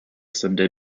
sunday